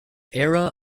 era